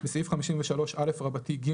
בסעיף 53א(ג),